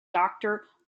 doctor